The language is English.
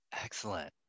excellent